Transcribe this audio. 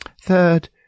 Third